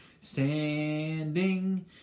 standing